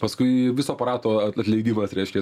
paskui viso aparato atleidimas reiškia